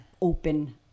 open